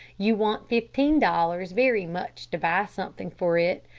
you want fifteen dollars very much to buy something for it.